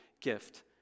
gift